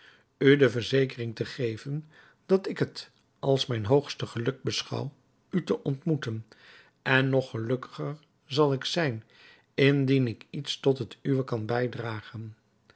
u de verzekering te geven dat ik het als mijn hoogste geluk beschouw u te ontmoeten en nog gelukkiger zal ik zijn indien ik iets tot het uwe kan bijdragen